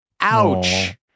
Ouch